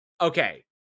okay